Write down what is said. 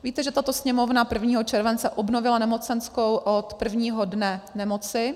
Víte, že tato Sněmovna 1. července obnovila nemocenskou od prvního dne nemoci.